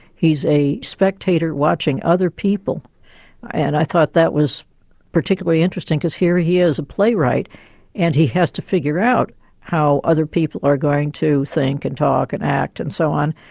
he's a spectator watching other people and i thought that was particularly interesting because here he is a playwright and he has to figure out how other people are going to think, and talk, and act, and so on,